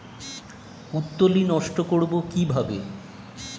পুত্তলি নষ্ট করব কিভাবে?